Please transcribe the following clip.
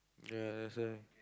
ya that's why